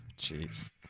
Jeez